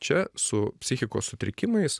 čia su psichikos sutrikimais